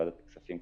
לוועדת הכספים,